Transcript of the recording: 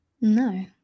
no